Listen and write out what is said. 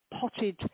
potted